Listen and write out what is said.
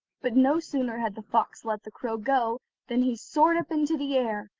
but no sooner had the fox let the crow go than he soared up into the air,